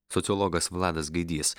sociologas vladas gaidys